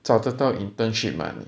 找得到 internship mah